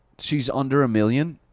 she's under a million?